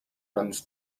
runs